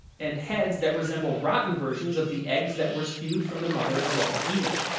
and heads that resemble rotten versions of the eggs that were spewed from the mother of all evil.